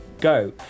go